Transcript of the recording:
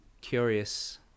curious